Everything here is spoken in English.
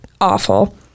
awful